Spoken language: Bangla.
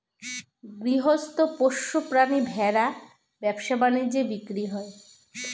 গৃহস্থ পোষ্য প্রাণী ভেড়া ব্যবসা বাণিজ্যে বিক্রি হয়